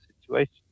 situation